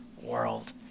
world